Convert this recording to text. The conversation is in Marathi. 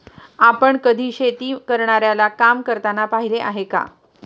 आपण कधी शेती करणाऱ्याला काम करताना पाहिले आहे का?